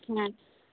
ᱦᱮᱸ